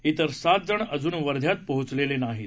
इतर सात जण अजून वर्ध्यात पोहोचलेले नाहीत